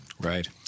Right